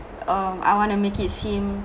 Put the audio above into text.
um I want to make it seem